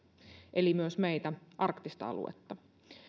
eli myös meitä arktista aluetta